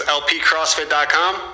lpcrossfit.com